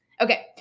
Okay